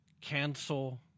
cancel